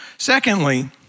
Secondly